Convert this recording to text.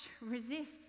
resists